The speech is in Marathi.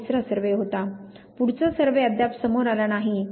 हा तिसरा सर्वे होता पुढचा सर्वे अद्याप समोर आला नाही